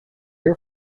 air